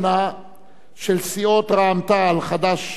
של סיעות רע"ם-תע"ל חד"ש ובל"ד,